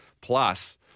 Plus